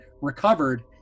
recovered